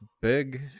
big